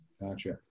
Gotcha